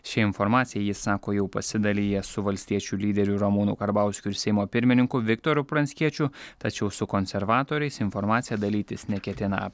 šia informacija jis sako jau pasidalijęs su valstiečių lyderiu ramūnu karbauskiu ir seimo pirmininku viktoru pranckiečiu tačiau su konservatoriais informacija dalytis neketina